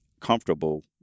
comfortable